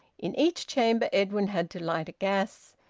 in each chamber edwin had to light a gas,